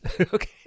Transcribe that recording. okay